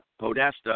Podesta